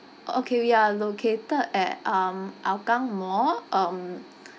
orh okay we are located at um hougang mall um